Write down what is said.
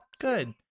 Good